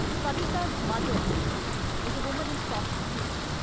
pranitha's mother was a woman in prostitution,